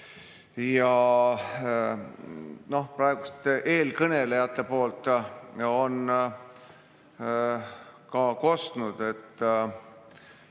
Praeguste eelkõnelejate suust on ka kostnud, et